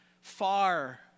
far